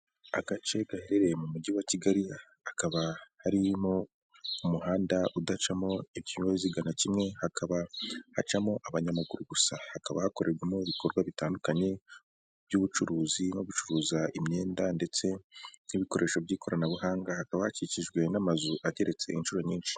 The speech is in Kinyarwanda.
Agace gaherereye mu mujyi wa Kigali hakaba harimo umuhanda udacamo ikinyabiziga na kimwe, hakaba hacamo abanyamaguru gusa, hakaba hakorerwamo ibikorwa bitandukanye by'ubucuruzi no gucuruza imyenda ndetse n'ibikoresho by'ikoranabuhanga, hakaba hakikijwe n'amazu ageretse inshuro nyinshi.